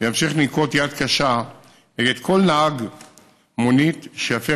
וימשיך לנקוט יד קשה כלפי כל נהג מונית שיפר